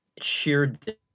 shared